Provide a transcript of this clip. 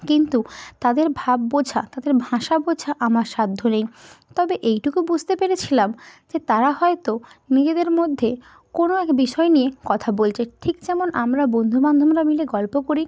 কিন্তু তাদের ভাব বোঝা তাদের ভাষা বোঝা আমার সাধ্য নেই তবে এইটুকু বুঝতে পেরেছিলাম যে তারা হয়তো নিজেদের মধ্যে কোনও এক বিষয় নিয়ে কথা বলছে ঠিক যেমন আমরা বন্ধুবান্ধবরা মিলে গল্প করি